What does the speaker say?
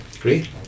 Great